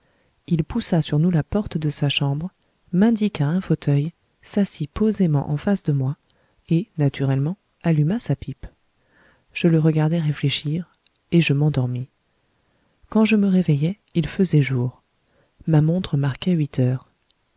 il poussa sur nous la porte de sa chambre m'indiqua un fauteuil s'assit posément en face de moi et naturellement alluma sa pipe je le regardais réfléchir et je m'endormis quand je me réveillai il faisait jour ma montre marquait huit heures